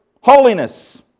holiness